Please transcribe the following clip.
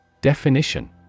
Definition